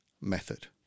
method